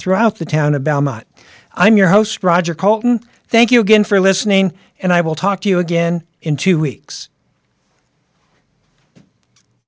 throughout the town about much i'm your host roger colton thank you again for listening and i will talk to you again in two weeks